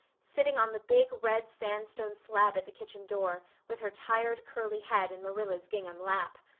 sitting on the big red-sandstone slab at the kitchen door with her tired curly head in marilla's gingham lap.